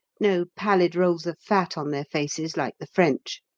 no pallid rolls of fat on their faces like the french.